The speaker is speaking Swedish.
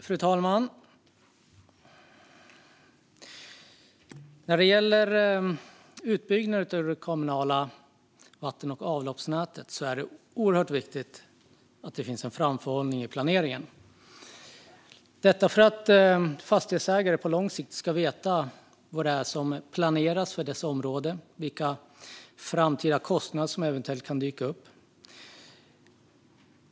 Fru talman! När det gäller utbyggnad av det kommunala vatten och avloppsnätet är det oerhört viktigt att det finns en framförhållning i planeringen. Fastighetsägare ska på lång sikt kunna veta vad som planeras för deras område och vilka framtida kostnader som eventuellt kan dyka upp.